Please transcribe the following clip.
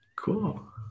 Cool